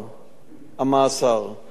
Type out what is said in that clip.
אך הוא סירב.